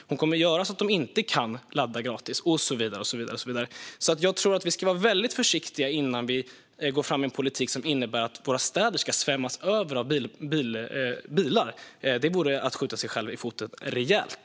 Hon kommer att göra så att de inte kan ladda gratis och så vidare. Jag tror att vi ska vara väldigt försiktiga innan vi går fram med en politik som innebär att våra städer svämmas över av bilar. Det vore att skjuta sig själv i foten rejält.